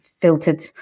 filtered